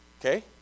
Okay